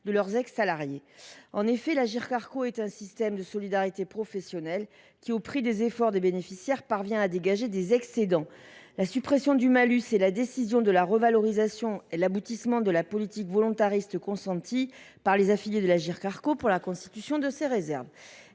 des ex salariés du privé. L’Agirc Arrco est un système de solidarité professionnelle, qui, au prix des efforts de ses bénéficiaires, parvient à dégager des excédents. La suppression du malus et la décision de la revalorisation constituent l’aboutissement de la politique volontariste consentie par les affiliés de l’Agirc Arrco pour la constitution de ces réserves.